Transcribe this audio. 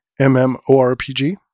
MMORPG